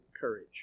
courage